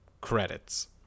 Credits